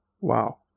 Wow